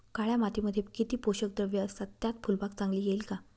काळ्या मातीमध्ये किती पोषक द्रव्ये असतात, त्यात फुलबाग चांगली येईल का?